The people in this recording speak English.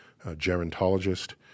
gerontologist